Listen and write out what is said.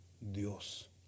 Dios